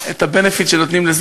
כבוד היושב-ראש,